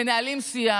מנהלים שיח,